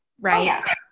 Right